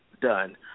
done